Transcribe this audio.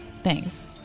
Thanks